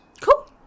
Cool